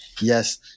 yes